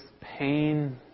pain